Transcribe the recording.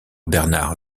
bernard